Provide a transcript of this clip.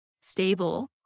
stable